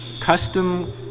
custom